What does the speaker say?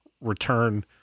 return